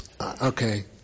okay